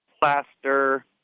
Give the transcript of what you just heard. plaster